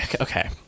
Okay